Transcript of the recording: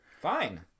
Fine